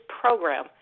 program